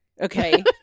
okay